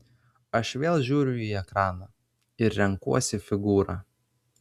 aš vėl žiūriu į ekraną ir renkuosi figūrą